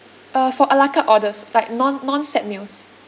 uh for ala carte orders like non non-set meals